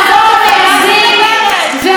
זו דמוקרטיה של כולנו.